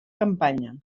campanya